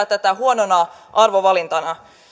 tätä huonona arvovalintana